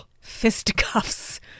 Fisticuffs